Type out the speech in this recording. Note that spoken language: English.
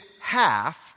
half